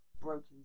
broken